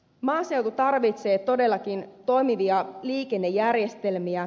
maaseutu tarvitsee todellakin toimivia liikennejärjestelmiä